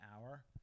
hour